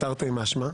תרתי משמע.